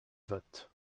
votes